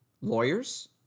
Lawyers